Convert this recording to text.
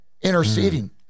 interceding